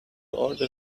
order